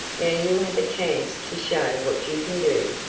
now you have a chance to show what you can do.